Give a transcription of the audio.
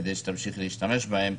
כדי שתמשיכי להשתמש בהן,